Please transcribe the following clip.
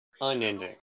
unending